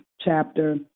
chapter